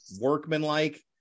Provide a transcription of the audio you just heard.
workmanlike